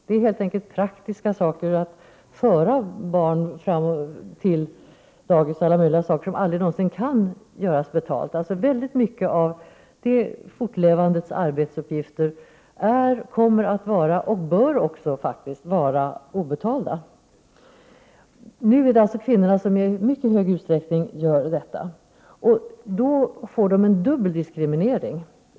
Det gäller praktiska uppgifter, som att ta barn till och från dagis, uppgifter som aldrig någonsin kan bli betalda. En mycket stor del av fortlevandets arbetsuppgifter är, kommer att vara och bör faktiskt också vara obetalda. Genom att kvinnorna nu i mycket stor utsträckning utför dessa arbetsuppgifter utsätts de för en dubbel diskriminering.